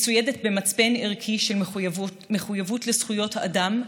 מצוידת במצפן ערכי של מחויבות לזכויות האדם,